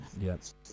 Yes